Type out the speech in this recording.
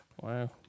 Wow